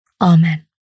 Amen